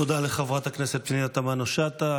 תודה לחברת הכנסת פנינה תמנו שטה.